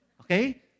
Okay